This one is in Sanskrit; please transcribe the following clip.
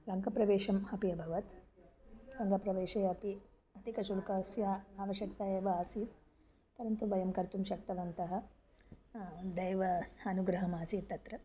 रङ्गप्रवेशम् अपि अभवत् रङ्गप्रवेशे अपि अधिकशुल्कस्य आवश्यकता एव आसीत् परन्तु वयं कर्तुं शक्तवन्तः दैव अनुगृहम् आसीत् तत्र